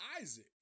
Isaac